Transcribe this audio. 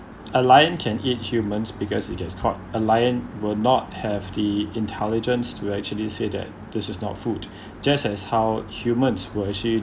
a lion can eat humans because it is caught a lion will not have the intelligence to actually say that this is not food just as how humans will actually